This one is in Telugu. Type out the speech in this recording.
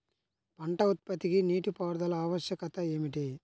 పంట ఉత్పత్తికి నీటిపారుదల ఆవశ్యకత ఏమిటీ?